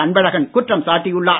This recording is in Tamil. அன்பழகன் குற்றம் சாட்டியுள்ளார்